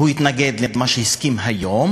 על הרפורמה הבאה,